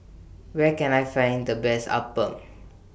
Where Can I Find The Best Appam